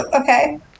okay